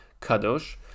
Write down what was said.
kadosh